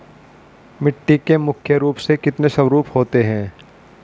मिट्टी के मुख्य रूप से कितने स्वरूप होते हैं?